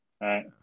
right